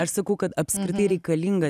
aš sakau kad apskritai reikalinga